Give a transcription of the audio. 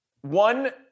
One